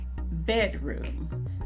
bedroom